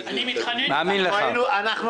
אני מתחנן ממך,